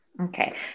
Okay